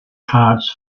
cards